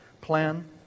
Plan